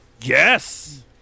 Yes